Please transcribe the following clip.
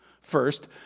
first